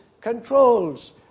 controls